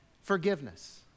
Forgiveness